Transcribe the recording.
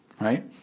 right